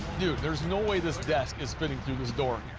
dude, there's no way this desk is fitting through this door